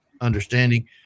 understanding